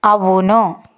అవును